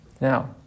Now